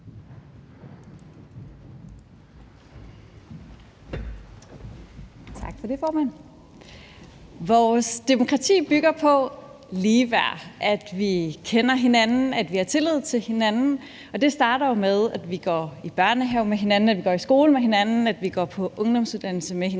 Vores demokrati bygger på ligeværd, at vi kender hinanden, og at vi har tillid til hinanden, og det starter jo med, at vi går i børnehave med hinanden, at vi går i skole med hinanden, og at vi går på ungdomsuddannelse med hinanden.